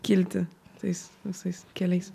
kilti tais visais keliais